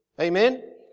Amen